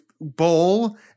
bowl